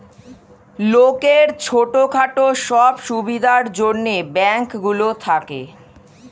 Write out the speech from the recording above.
লোকের ছোট খাটো সব সুবিধার জন্যে ব্যাঙ্ক গুলো থাকে